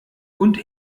und